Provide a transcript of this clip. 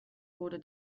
wurde